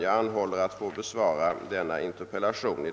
Jag anhåller att få besvara denna interpellation i